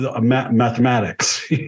mathematics